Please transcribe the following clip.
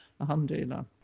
Alhamdulillah